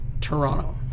Toronto